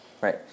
right